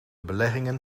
beleggingen